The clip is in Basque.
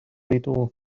ditugu